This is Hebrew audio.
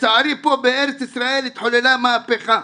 לצערי פה בארץ ישראל התחוללה מהפכה,